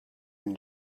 and